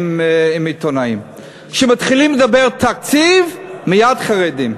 עם עיתונאים, כשמתחילים לדבר תקציב, מייד חרדים.